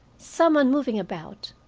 some one moving about,